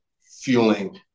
fueling